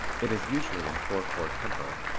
it is usually in four four tempo,